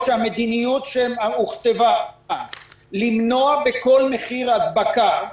או שהמדיניות מכתיבה למנוע בכל מחיר הדבקה,